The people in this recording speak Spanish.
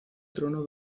trono